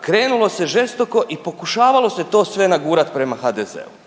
krenulo se žestoko i pokušavalo se to sve nagurati prema HDZ-u.